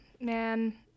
Man